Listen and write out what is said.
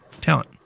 talent